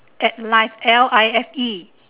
at life L I F E